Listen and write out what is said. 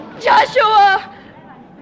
Joshua